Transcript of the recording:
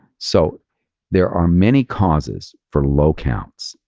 so there are many causes for low counts,